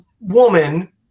woman